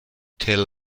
tel